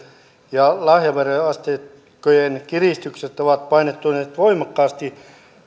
ja lahjaveroasteikkojen kiristykset ovat painottuneet voimakkaasti